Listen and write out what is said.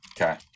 Okay